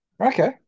Okay